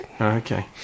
Okay